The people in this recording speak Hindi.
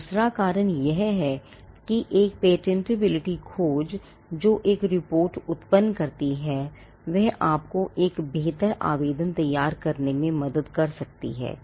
दूसरा कारण यह है कि एक पेटेंटबिलिटी खोज जो एक रिपोर्ट उत्पन्न करती है वह आपको एक बेहतर आवेदन तैयार करने में मदद कर सकती है